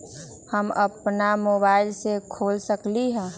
हम अपना मोबाइल से खोल सकली ह?